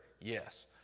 Yes